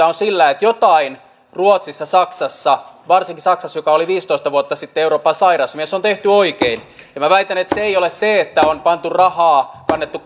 on sillä että jotain ruotsissa saksassa varsinkin saksassa joka oli viisitoista vuotta sitten euroopan sairas mies on tehty oikein ja minä väitän että se ei ole se että on kannettu